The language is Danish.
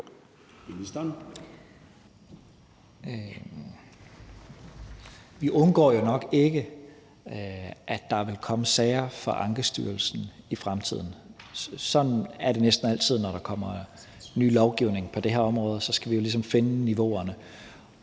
Vi undgår jo nok ikke, at der vil komme sager for Ankestyrelsen i fremtiden. Sådan er det næsten altid, når der kommer ny lovgivning på det her område, altså at vi jo så ligesom skal finde niveauerne.